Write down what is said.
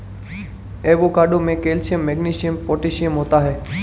avocado में calcium magnesium potassium होता है